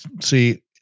See